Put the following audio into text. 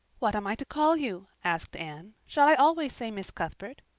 what am i to call you? asked anne. shall i always say miss cuthbert?